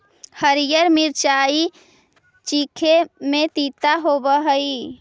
हरीअर मिचाई चीखे में तीता होब हई